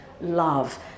love